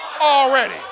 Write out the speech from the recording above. Already